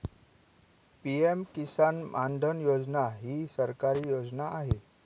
PM Kisan Maandhan Yojana ही सरकारी योजना आहे